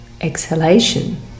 exhalation